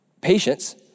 patience